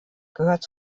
gehört